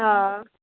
অঁ